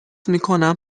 میکنم